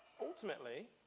ultimately